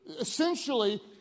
Essentially